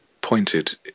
pointed